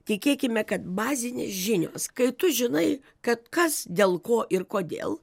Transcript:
tikėkime kad bazinės žinios kai tu žinai kad kas dėl ko ir kodėl